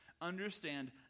understand